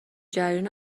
جریان